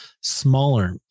smaller